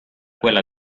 quella